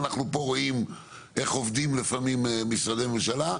אנחנו פה רואים איך עובדים לפעמים משרדי ממשלה,